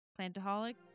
Plantaholics